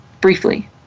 Briefly